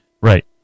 Right